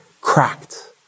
cracked